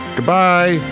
Goodbye